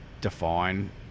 define